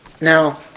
Now